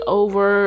over